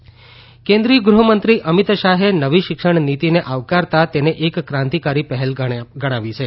અમિતશાહ શિક્ષણનીતિ કેન્દ્રીય ગૃહમંત્રી અમિત શાહે નવી શિક્ષણ નીતિને આવકારતા તેને એક ક્રાંતિકારી પહેલ તરીકે ગણાવી છે